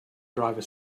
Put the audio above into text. driver